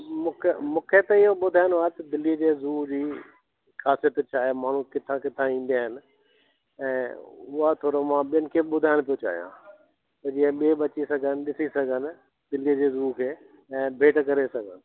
मूंखे मूंखे त इहो ॿुधाइनो आहे दिल्ली जे ज़ू जी काथे पिच आहे माण्हू किथां किथां ईंदा आहिनि ऐं उहा थोरो मां हिनखे ॿुधाइण थो चाहियां जीअं ॿिए बच्चे सजान ॾिसी सघनि दिल्लीअ जे ज़ू खे ऐं बेट करे सघनि